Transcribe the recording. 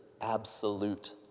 absolute